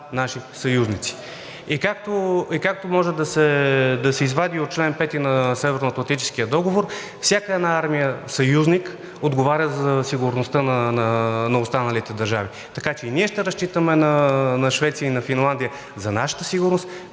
Както може да се извади от чл. 5 на Северноатлантическия договор, всяка една армия съюзник отговаря за сигурността на останалите държави. Така че ние ще разчитаме на Швеция и на Финландия за нашата сигурност,